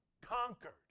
conquered